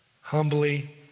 Humbly